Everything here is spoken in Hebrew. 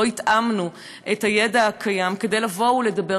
לא התאמנו את הידע הקיים כדי לבוא ולדבר